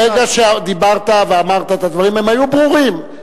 ברגע שדיברת ואמרת את הדברים, הם היו ברורים.